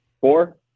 Four